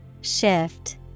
Shift